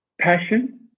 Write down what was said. passion